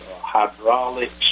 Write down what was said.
hydraulics